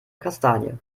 kastanie